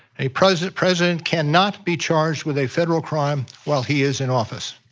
a president president cannot be charged with a federal crime while he is in office.